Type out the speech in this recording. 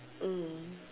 mm